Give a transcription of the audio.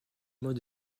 mois